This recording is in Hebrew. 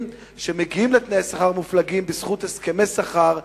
שמגיעים לתנאי שכר מופלגים בזכות הסכמי שכר,